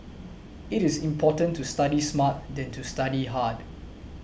it is important to study smart than to study hard